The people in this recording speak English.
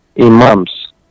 imams